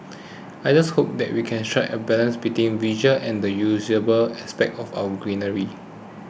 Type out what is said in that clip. I just hope that we can strike a balance between the visual and the usability aspects of our greenery